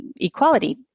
equality